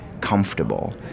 comfortable